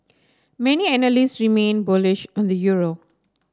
many analysts remain bullish on the euro